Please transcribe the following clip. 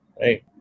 right